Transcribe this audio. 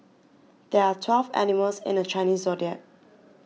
there are twelve animals in the Chinese zodiac